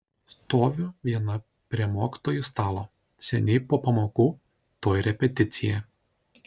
stoviu viena prie mokytojų stalo seniai po pamokų tuoj repeticija